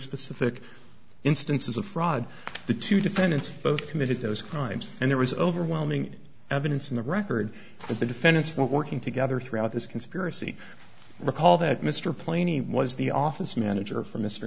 specific instances of fraud the two defendants both committed those crimes and there was overwhelming evidence in the record that the defendants were working together throughout this conspiracy recall that mr plenty was the office manager for m